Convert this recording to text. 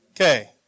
Okay